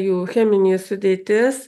jų cheminė sudėtis